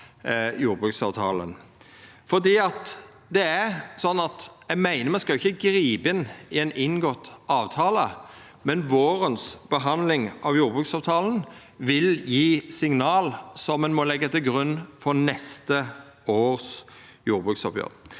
at me ikkje skal gripa inn i ein inngått avtale, men vårens behandling av jordbruksavtalen vil gje signal som ein må leggja til grunn for neste års jordbruksoppgjer.